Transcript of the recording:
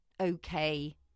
okay